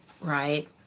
right